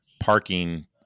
Parking